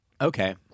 okay